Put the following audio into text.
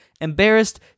Embarrassed